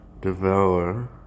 Devour